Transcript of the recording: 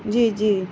جی جی